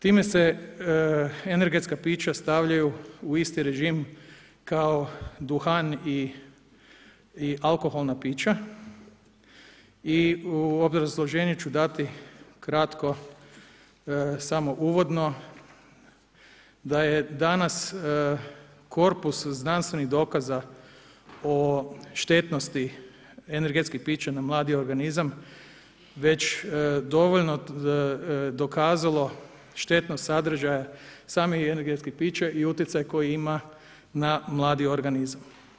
Time se energetska pića stavljaju u isti režim kao duhan i alkoholna pića i u obrazloženju ću dati kratko samo uvodno da je danas korpus znanstvenih dokaza o štetnosti energetskih pića na mladi organizam već dovoljno dokazalo štetnost sadržaja samih energetskih pića i utjecaj koji ima na mladi organizam.